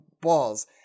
balls